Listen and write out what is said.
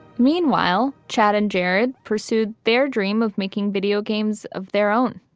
meanwhile, chaton jerod pursued their dream of making video games of their own.